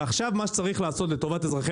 ועכשיו מה שצריך לעשות לטובת אזרחי